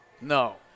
No